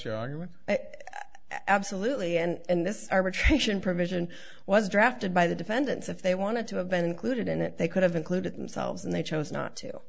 your argument absolutely and this arbitration provision was drafted by the defendants if they wanted to have been included in it they could have included themselves and they chose not to